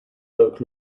oak